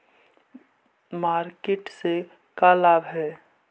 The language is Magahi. मार्किट से का लाभ है?